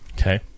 Okay